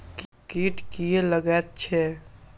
कीट किये लगैत छै?